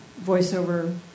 voiceover